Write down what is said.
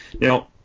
Now